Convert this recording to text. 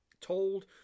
told